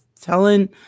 telling